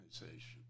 organization